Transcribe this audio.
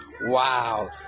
Wow